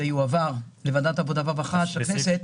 יועבר לוועדת העבודה והרווחה של הכנסת,